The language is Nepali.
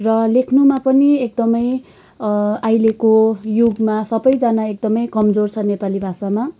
र लेख्नुमा पनि एकदमै अहिलेको युगमा सबैजना एकदमै कमजोर छ नेपाली भाषामा